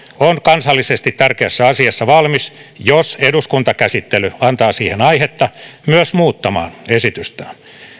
on kansallisesti tärkeässä asiassa valmis jos eduskuntakäsittely antaa siihen aihetta myös muuttamaan esitystään